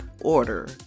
Order